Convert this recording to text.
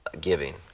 giving